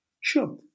Sure